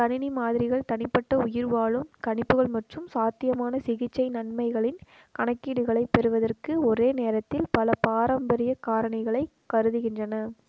கணினி மாதிரிகள் தனிப்பட்ட உயிர்வாழும் கணிப்புகள் மற்றும் சாத்தியமான சிகிச்சை நன்மைகளின் கணக்கீடுகளைப் பெறுவதற்கு ஒரே நேரத்தில் பல பாரம்பரிய காரணிகளைக் கருதுகின்றன